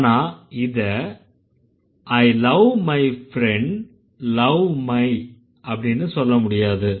ஆனா இதை I love my friend love my ன்னு சொல்ல முடியாது